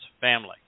family